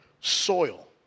soil